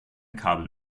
kabel